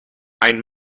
ein